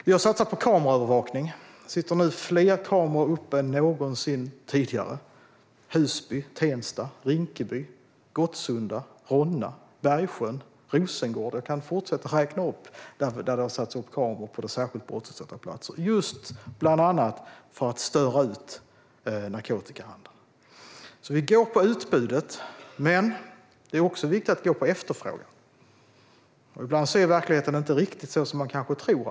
Vi har satsat på kameraövervakning. Det sitter fler kameror uppe än någonsin tidigare i Husby, Tensta, Rinkeby, Gottsunda, Ronna, Bergsjön och Rosengård, och jag kan fortsätta att räkna upp var det har satts upp kameror på särskilt brottsutsatta platser. Detta har bland annat gjorts för att just störa ut narkotikahandeln. Vi går på utbudet. Men det är också viktigt att gå på efterfrågan. Ibland är verkligheten inte den man tror.